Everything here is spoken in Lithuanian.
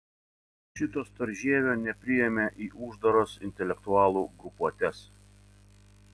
šito storžievio nepriėmė į uždaras intelektualų grupuotes